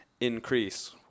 increase